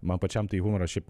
man pačiam tai humoras šiaip